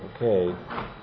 Okay